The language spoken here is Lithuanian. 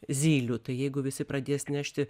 zylių tai jeigu visi pradės nešti